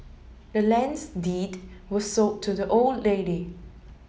the land's deed was sold to the old lady